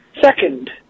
Second